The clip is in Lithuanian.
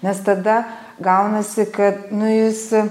nes tada gaunasi kad nu jis